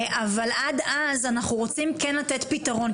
אבל עד אז אנחנו רוצים כן לתת פתרון.